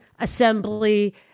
assembly